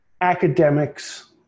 academics